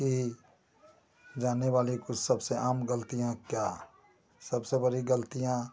की जाने वाली कुछ सबसे आम गल्तियाँ क्या सबसे बड़ी गल्तियाँ